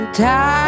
time